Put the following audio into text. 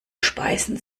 speisen